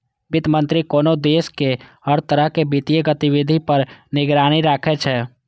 वित्त मंत्री कोनो देशक हर तरह के वित्तीय गतिविधि पर निगरानी राखै छै